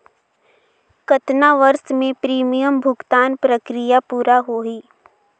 कतना वर्ष मे प्रीमियम भुगतान प्रक्रिया पूरा होही?